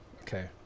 okay